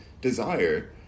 desire